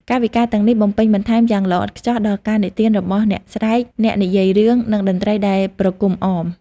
កាយវិការទាំងនេះបំពេញបន្ថែមយ៉ាងល្អឥតខ្ចោះដល់ការនិទានរបស់ "អ្នកស្រែក" (អ្នកនិទានរឿង) និងតន្ត្រីដែលប្រគំអម។